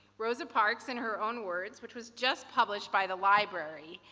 rosa parks in her own words, which was just published by the library.